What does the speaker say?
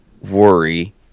worry